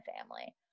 family